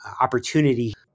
opportunity